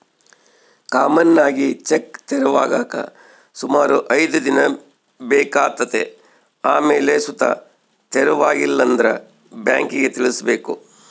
common ಆಗಿ check ತೆರವಾಗಾಕ ಸುಮಾರು ಐದ್ ದಿನ ಬೇಕಾತತೆ ಆಮೇಲ್ ಸುತ ತೆರವಾಗಿಲ್ಲಂದ್ರ ಬ್ಯಾಂಕಿಗ್ ತಿಳಿಸ್ಬಕು